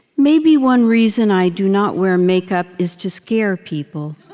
maybe one reason i do not wear makeup is to scare people